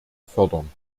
fördern